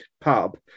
pub